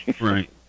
Right